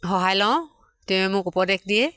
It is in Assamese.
সহায় লওঁ তেওঁ মোক উপদেশ দিয়ে